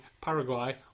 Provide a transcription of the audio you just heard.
Paraguay